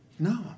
No